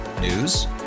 News